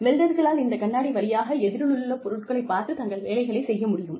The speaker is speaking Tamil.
வெல்டர்களால் இந்த கண்ணாடி வழியாக எதிரிலுள்ள பொருட்களைப் பார்த்து தங்கள் வேலையைச் செய்ய முடியும்